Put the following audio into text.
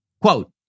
quote